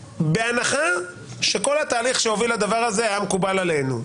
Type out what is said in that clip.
בהנחה שכל התהליך שהוביל לדבר הזה היה מקובל עלינו,